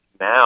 now